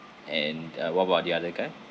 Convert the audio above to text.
and uh what about the other guy